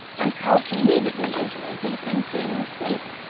and passed immediately into a deep and dreamless sleep,